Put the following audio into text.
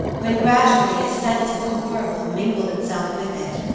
when gradually a sense of the horrible mingled itself with it,